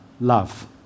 love